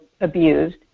abused